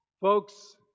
Folks